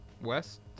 West